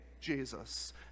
Jesus